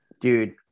Dude